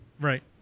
Right